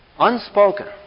unspoken